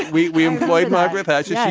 we we employed margaret thatcher. yeah